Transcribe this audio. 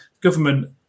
government